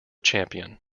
champion